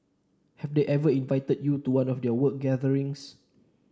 have they ever invited you to one of their work gatherings